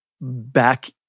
back